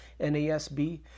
NASB